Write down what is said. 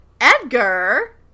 Edgar